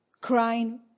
crying